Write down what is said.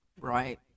Right